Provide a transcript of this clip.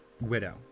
Widow